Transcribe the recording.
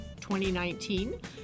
2019